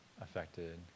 affected